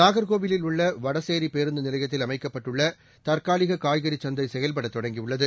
நாகர்கோவிலில் உள்ளவடசேரிபேருந்துநிலையத்தில் அமைக்கப்பட்டுள்ளதற்காலிககாய்கறிசந்தைசெயல்படதொடங்கிஉள்ளது